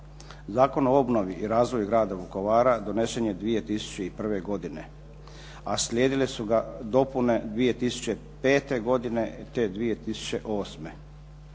Zakon o obnovi i razvoju grada Vukovara donesen je 2001. godine a slijedile su ga dopune 2005. godine, te 2008. Zakonom